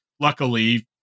luckily